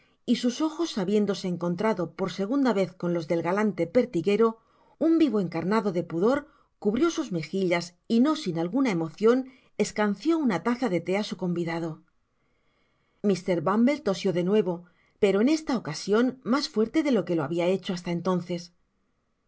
y sus ojos habiéndose encontrado por segunda vez con los del galante pertiguero un vivo encarnado de pudor cubrió sus mejillas y no sin alguna emocion escanció una taza de thé á su convidado mr bumble tosió de nuevo pero en esta ocasion mas fuerte de lo que lo habia hecho hasta entonces os